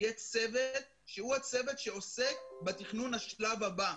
יהיה צוות שהוא הצוות שעוסק בתכנון השלב הבא.